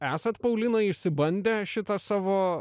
esat paulina išsibandę šitą savo